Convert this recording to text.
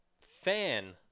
fan